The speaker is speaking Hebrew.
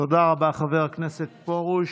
תודה רבה, חבר הכנסת פרוש.